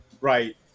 right